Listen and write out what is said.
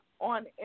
on